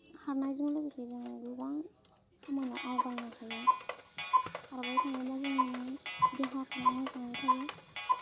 खारनायजों लोगोसे जों गोबां खामानियाव आवगायनो हायो खारबाय थायोब्ला जोंनि देहाफोरा मोजाङै थायो